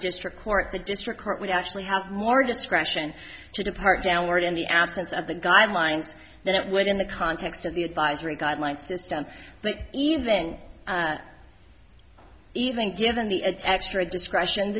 district court the district court would actually have more discretion to depart downward in the absence of the guidelines than it would in the context of the advisory guideline system but even even given the extra discretion